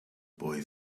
boy